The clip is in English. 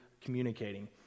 communicating